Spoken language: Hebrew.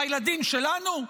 הילדים שלנו?